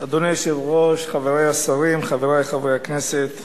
אדוני היושב-ראש, חברי השרים, חברי חברי הכנסת,